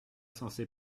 censé